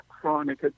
chronic